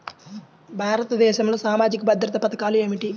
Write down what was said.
భారతదేశంలో సామాజిక భద్రతా పథకాలు ఏమిటీ?